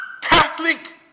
Catholic